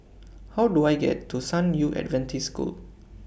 How Do I get to San Yu Adventist School